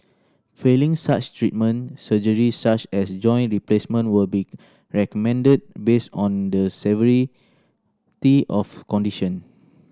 failing such treatment surgery such as joint replacement will be recommended based on the severity of condition